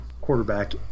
quarterback